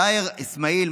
סאהר אסמאעיל,